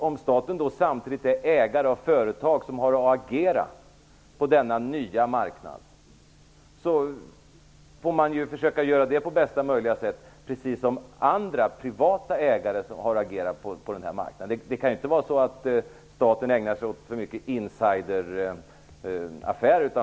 Om staten samtidigt är ägare av företag som har att agera på denna nya marknad får man försöka göra det på bästa möjliga sätt, precis som andra privata ägare har agerat på denna marknad. Det kan ju inte vara så att staten ägnar sig åt för mycket insideraffärer.